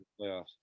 playoffs